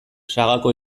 sagako